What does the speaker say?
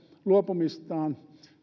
luopumistaan